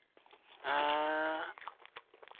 ᱮᱸᱜᱻ